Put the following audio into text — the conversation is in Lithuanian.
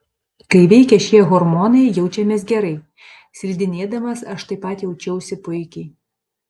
kai veikia šie hormonai jaučiamės gerai slidinėdamas aš taip pat jaučiausi puikiai